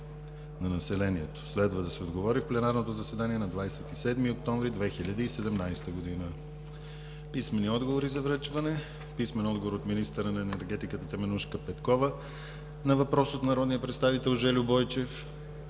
на населението. Следва да се отговори в пленарното заседание на 27 октомври 2017 г. Писмени отговори за връчване: - от министъра на енергетиката Теменужка Петкова на въпрос от народния представител Жельо Бойчев;